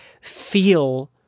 feel